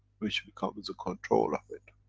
which becomes the control of it.